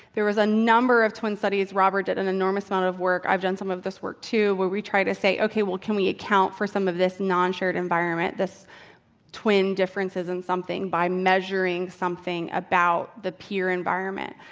there was a number of twin studies. robert did an enormous amount of work. i've done some of this work too, where we try to say, okay. well, can we account for some of this non-shared environment these twin differences in something, by measuring something about the peer environment?